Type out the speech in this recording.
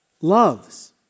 loves